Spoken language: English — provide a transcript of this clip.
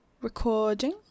Recording